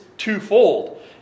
twofold